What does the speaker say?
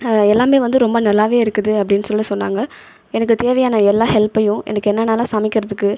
எல்லாமே வந்து ரொம்ப நல்லாவே இருக்குது அப்படினு சொல்லி சொன்னாங்க எனக்கு தேவையான எல்லா ஹெல்ப்பையும் எனக்கு என்னென்னல்லாம் சமைக்கிறதுக்கு